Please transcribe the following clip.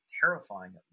terrifying